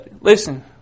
Listen